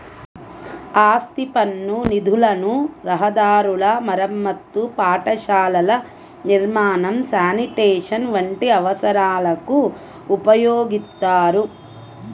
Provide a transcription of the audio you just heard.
ఆస్తి పన్ను నిధులను రహదారుల మరమ్మతు, పాఠశాలల నిర్మాణం, శానిటేషన్ వంటి అవసరాలకు ఉపయోగిత్తారు